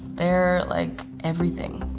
they're like everything.